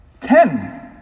Ten